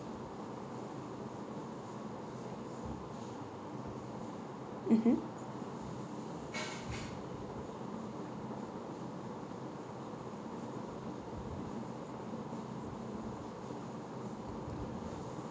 mmhmm